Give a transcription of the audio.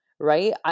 right